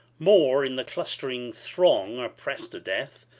more in the clustering throng are pressed to death,